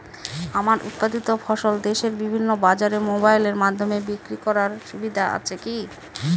আমার উৎপাদিত ফসল দেশের বিভিন্ন বাজারে মোবাইলের মাধ্যমে বিক্রি করার সুবিধা আছে কি?